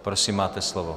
Prosím, máte slovo.